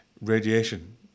radiation